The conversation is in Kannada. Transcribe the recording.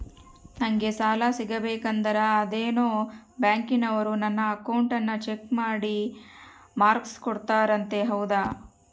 ನಂಗೆ ಸಾಲ ಸಿಗಬೇಕಂದರ ಅದೇನೋ ಬ್ಯಾಂಕನವರು ನನ್ನ ಅಕೌಂಟನ್ನ ಚೆಕ್ ಮಾಡಿ ಮಾರ್ಕ್ಸ್ ಕೋಡ್ತಾರಂತೆ ಹೌದಾ?